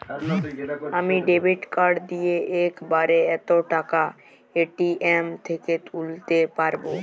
আমি debit card দিয়ে এক বারে কত টাকা এ.টি.এম থেকে তুলতে পারবো?